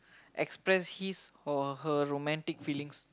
express his or her romantic feelings